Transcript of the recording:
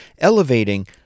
elevating